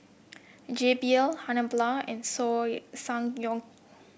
J B L Habhal and soil Ssangyong